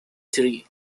tree